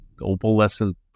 opalescent